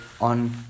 ...on